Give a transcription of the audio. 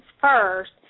first